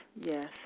yes